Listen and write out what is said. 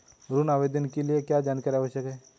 ऋण आवेदन के लिए क्या जानकारी आवश्यक है?